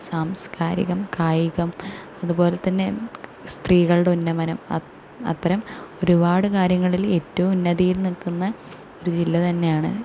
സാംസ്കാരികം കായികം അതുപോലെ തന്നെ സ്ത്രീകളുടെ ഉന്നമനം അ അത്തരം ഒരുപാട് കാര്യങ്ങളിൽ ഏറ്റവും ഉന്നതിയിൽ നിൽക്കുന്ന ഒരു ജില്ല തന്നെയാണ്